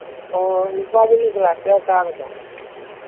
ꯑꯣ ꯅꯨꯄꯥꯗꯨꯅ ꯀ꯭ꯂꯥꯁ ꯀꯌꯥ ꯀꯥꯔꯤꯕ